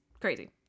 crazy